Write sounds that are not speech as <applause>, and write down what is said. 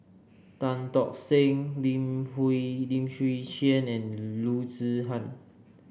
Tan Tock Seng Lim <unintelligible> Lim Chwee Chian and Loo Zihan